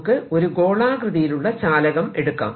നമുക്ക് ഒരു ഗോളാകൃതിയിലുള്ള ചാലകം എടുക്കാം